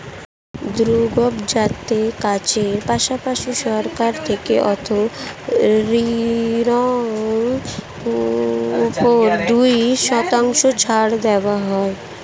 দুগ্ধজাত কাজের পাশাপাশি, সরকার থেকে অর্থ ঋণের উপর দুই শতাংশ ছাড় দেওয়া হয়